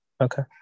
Okay